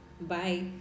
Bye